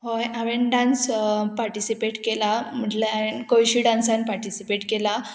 हय हांवेन dance participate केला म्हटल्यार हांवेन कळशी डांसान पार्टिसिपेट केला